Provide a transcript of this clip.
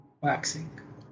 waxing